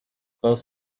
both